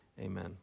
Amen